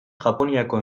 japoniako